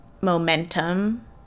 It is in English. momentum